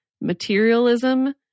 materialism